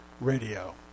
Radio